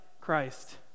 Christ